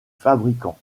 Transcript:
fabricant